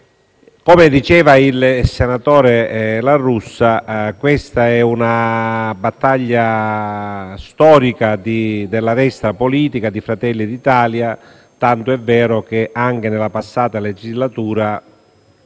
Come diceva il senatore La Russa, questa è una battaglia storica della destra politica e di Fratelli d'Italia, tant'è vero che anche nella passata legislatura